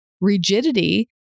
rigidity